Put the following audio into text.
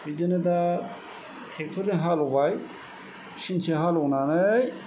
बिदिनो दा ट्रेक्टर जों हालेवबाय फिनसे हालेवनानै